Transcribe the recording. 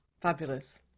Fabulous